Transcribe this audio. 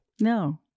No